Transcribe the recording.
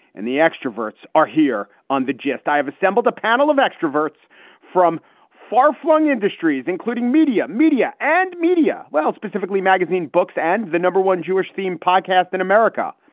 and the extroverts are here on the gist. i have assembled a panel of extroverts from far flung industries, including media, media and media. well, specifically, magazine books and the number one jewish themed podcast in america.